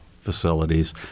facilities